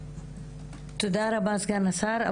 תודה רבה סגן השר.